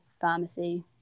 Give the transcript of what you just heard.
pharmacy